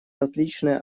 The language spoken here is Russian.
отличная